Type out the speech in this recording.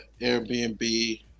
Airbnb